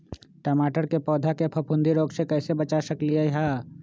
टमाटर के पौधा के फफूंदी रोग से कैसे बचा सकलियै ह?